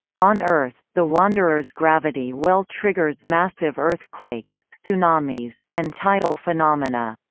on earth, the wanderer's gravity well triggers massive earthquakes, so tsunamis, and tidal phenomena.